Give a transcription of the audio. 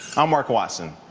i'm mark watson.